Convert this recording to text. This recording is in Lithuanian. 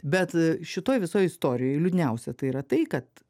bet šitoj visoj istorijoj liūdniausia tai yra tai kad